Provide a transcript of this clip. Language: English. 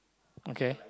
okay